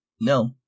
No